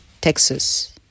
Texas